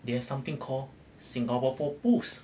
they have something called singapore pools